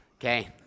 okay